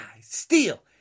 steal